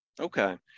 Okay